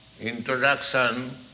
Introduction